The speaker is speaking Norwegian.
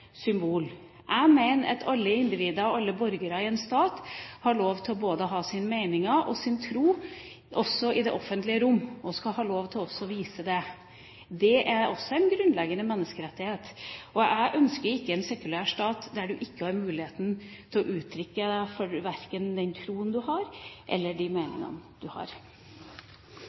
symbol. Jeg mener at alle individer og alle borgere i en stat har lov til å ha sine meninger og sin tro også i det offentlige rom, og også skal ha lov til å vise det. Det er en grunnleggende menneskerettighet. Jeg ønsker ikke en sekulær stat der du ikke har muligheten til å uttrykke verken den troen du har, eller de meningene du har.